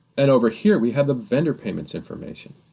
and over here, we have a vendor payments information.